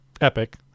epic